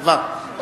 עבר,